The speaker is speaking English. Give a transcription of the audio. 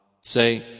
Say